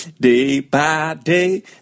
day-by-day